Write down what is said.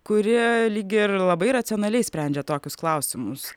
kuri lyg ir labai racionaliai sprendžia tokius klausimus